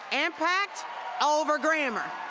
impact over grammar.